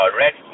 red